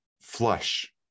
flush